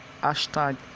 Hashtag